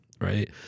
right